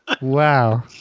Wow